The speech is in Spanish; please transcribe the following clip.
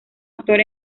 actor